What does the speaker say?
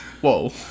Whoa